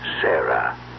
Sarah